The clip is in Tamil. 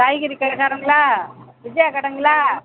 காய்கறி கடைக்காரங்களா விஜயா கடைங்களா